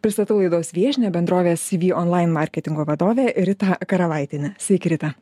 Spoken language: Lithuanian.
pristatau laidos viešnią bendrovės cv online marketingo vadovę ritą karavaitienę sveiki rita